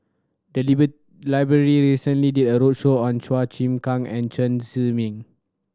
the library recently did a roadshow on Chua Chim Kang and Chen Zhiming